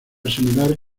similar